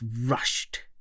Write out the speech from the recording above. rushed